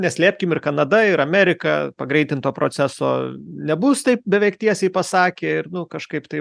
neslėpkim ir kanada ir amerika pagreitinto proceso nebus taip beveik tiesiai pasakė ir nu kažkaip tai